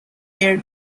year